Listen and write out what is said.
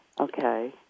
Okay